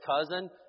cousin